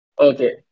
Okay